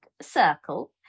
circle